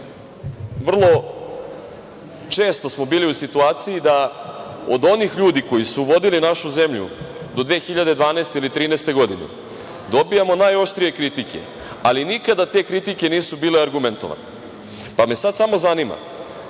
vrlo često smo bili u situaciji da od onih ljudi koji su vodili našu zemlju do 2012. ili 2013. godine dobijamo najoštrije kritike, ali nikada te kritike nisu bile argumentovane. Sada me samo zanima,